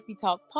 talk